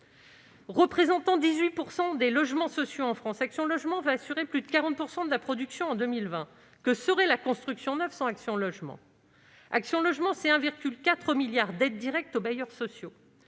Représentant 18 % des logements sociaux en France, Action Logement aura assuré plus de 40 % de la production en 2020 ! Que serait la construction neuve sans Action Logement ? Le groupe apporte 1,4 milliard d'euros d'aides directes aux bailleurs sociaux,